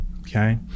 okay